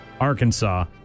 Arkansas